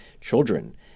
children